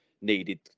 needed